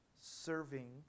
serving